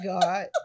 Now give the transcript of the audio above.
God